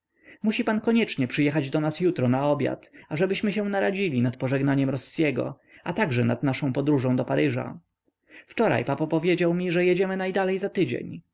musi pan koniecznie przyjechać do nas jutro na obiad ażebyśmy się naradzili nad pożegnaniem rossiego a także nad naszą podróżą do paryża wczoraj papo powiedział mi że jedziemy najdalej za tydzień